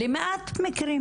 למעט מקרים,